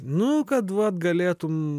nu kad vat galėtum